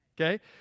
okay